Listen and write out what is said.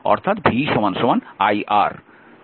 অর্থাৎ V IR